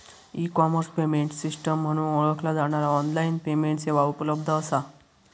E commerce payment system म्हणून ओळखला जाणारा ऑनलाइन पेमेंट सेवा उपलब्ध असा